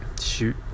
shoot